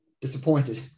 disappointed